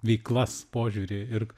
veiklas požiūrį ir